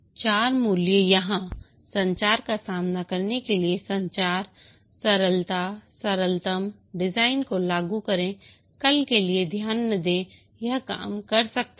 चार मूल्य यहां संचार का सामना करने के लिए संचार सरलता सरलतम डिजाइन को लागू करें कल के लिए ध्यान न दें यह काम कर सकता है